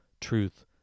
truth